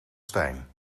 stijn